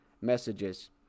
messages